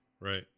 Right